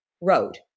Road